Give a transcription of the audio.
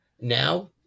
now